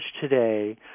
today